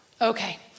okay